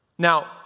Now